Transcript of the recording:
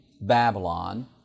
Babylon